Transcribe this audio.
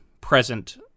present